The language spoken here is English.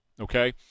okay